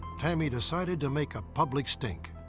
tammy decided to make a public stink.